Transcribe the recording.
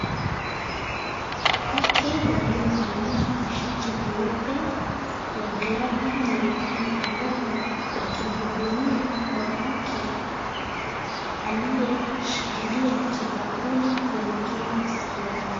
Wake waliovalia mashati meupe na glavi nyeupe mikononi, wakimhudumia mwanamke aliyeshikilia kipakuli kuelekea maskini.